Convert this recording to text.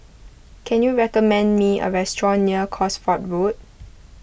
can you recommend me a restaurant near Cosford Road